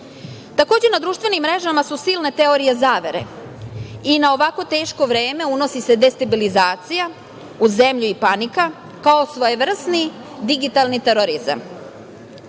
nije. Takođe, na društvenim mrežama su silne teorije zavere i na ovako teško vreme unosi se destabilizacija u zemlji i panika kao svojevrsni digitalni terorizam. Kad